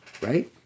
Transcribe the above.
right